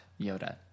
Yoda